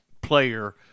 player